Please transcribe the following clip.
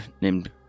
named